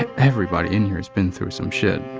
everybody in here's been through some shit.